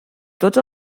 tots